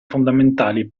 fondamentali